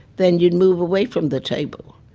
then you'd move away from the table,